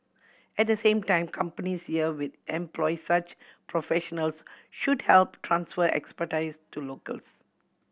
at the same time companies here with employ such professionals should help transfer expertise to locals